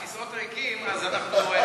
הכיסאות ריקים, אז אנחנו,